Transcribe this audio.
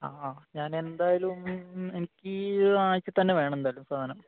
ആ ആ ഞാനെന്തായാലും എനിക്ക് ഈ ആഴ്ച തന്നെ വേണം എന്തായാലും സാധനം